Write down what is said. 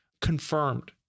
confirmed